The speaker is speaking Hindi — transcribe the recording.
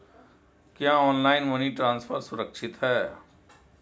क्या ऑनलाइन मनी ट्रांसफर सुरक्षित है?